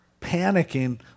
panicking